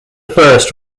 first